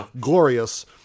glorious